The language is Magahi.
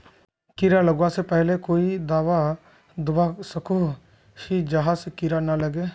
कीड़ा लगवा से पहले कोई दाबा दुबा सकोहो ही जहा से कीड़ा नी लागे?